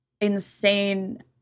insane